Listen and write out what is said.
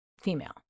female